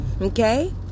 okay